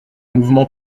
mouvement